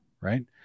right